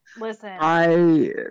Listen